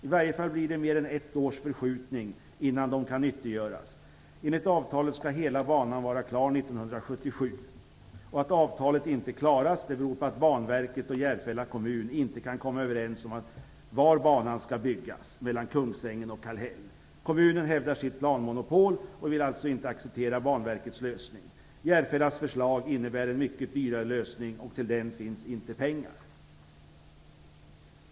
I alla fall blir det en förskjutning, så att det dröjer mer än ett år tills de kan nyttiggöras. Enligt avtalet skall hela banan vara klar 1997. Att avtalet inte klaras beror på att Banverket och Järfälla kommun inte kan komma överens om var banan skall byggas mellan Kungsängen och Kallhäll. Kommunen hävdar sitt planmonopol och vill alltså inte acceptera Banverkets lösning. Järfällas förslag innebär en mycket dyrare lösning, och till den finns det inte pengar.